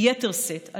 ביתר שאת,